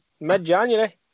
mid-January